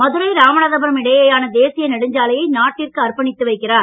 மதுரை ராமநாதபுரம் இடையேயான தேசிய நெடுஞ்சாலையை நாட்டிற்கு அர்ப்பணித்து வைக்கிறார்